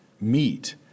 meet